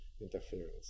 interference